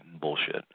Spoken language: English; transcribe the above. Bullshit